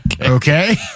Okay